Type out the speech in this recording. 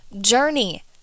journey